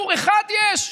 עצור אחד יש?